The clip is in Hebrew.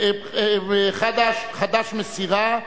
קבוצת חד"ש, מסירה.